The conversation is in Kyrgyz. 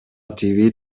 тийбей